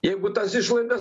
jeigu tas išlaidas